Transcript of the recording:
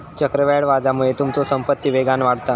चक्रवाढ व्याजामुळे तुमचो संपत्ती वेगान वाढता